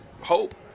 hope